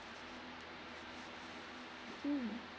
mm